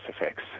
effects